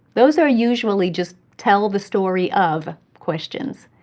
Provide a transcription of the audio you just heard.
those are usually just tell the story of. questions,